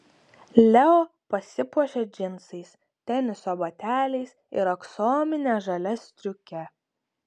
leo pasipuošia džinsais teniso bateliais ir aksomine žalia striuke